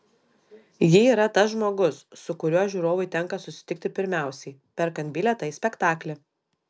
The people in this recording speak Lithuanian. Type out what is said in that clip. ji yra tas žmogus su kuriuo žiūrovui tenka susitikti pirmiausiai perkant bilietą į spektaklį